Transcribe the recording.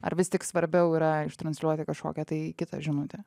ar vis tik svarbiau yra transliuoti kažkokią tai kitą žinutę